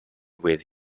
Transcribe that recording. with